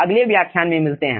अगले व्याख्यान में मिलते हैं